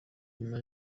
nyuma